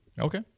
Okay